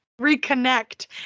Reconnect